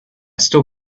still